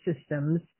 systems